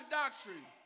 doctrine